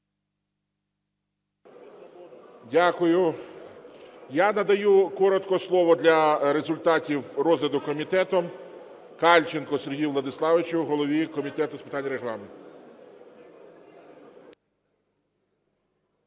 Дякую. Я надаю коротко слово для результатів розгляду комітетом Кальченку Сергію Віталійовичу голові Комітету з питань Регламенту.